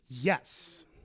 Yes